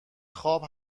خواب